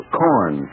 corn